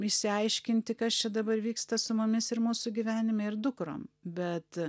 išsiaiškinti kas čia dabar vyksta su mumis ir mūsų gyvenime ir dukrom bet